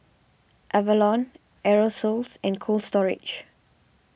Avalon Aerosoles and Cold Storage